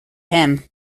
him